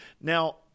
Now